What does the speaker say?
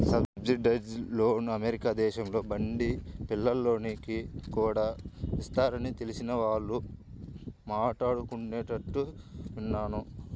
subsidised లోన్లు America దేశంలో బడి పిల్లోనికి కూడా ఇస్తారని తెలిసిన వాళ్ళు మాట్లాడుకుంటుంటే విన్నాను